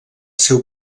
seu